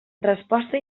resposta